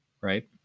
right